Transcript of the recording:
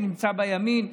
שנמצא בימין.